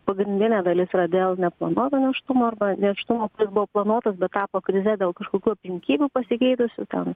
pagrindinė dalis yra dėl neplanuoto nėštumo arba nėštumas jis buvo planuotas bet tapo krize dėl kažkokių aplinkybių pasikeitusių ten